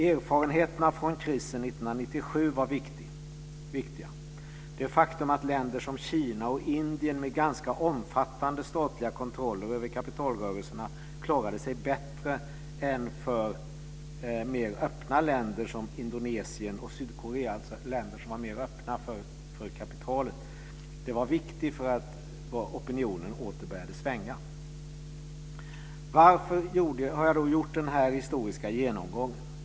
Erfarenheterna från krisen 1997 var viktiga. Det faktum att länder som Kina och Indien, med ganska omfattande statliga kontroller över kapitalrörelserna, klarade sig bättre än länder som Indonesien och Sydkorea, som var mer öppna för kapitalet, var viktigt för att opinionen åter började svänga. Varför har jag då gjort denna historiska genomgång?